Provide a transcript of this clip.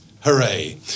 Hooray